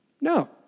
No